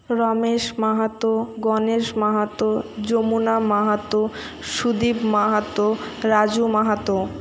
Ramesh Mahato Ganesh Mahato Jamuna Mahato Sudip Mahato Raju Mahato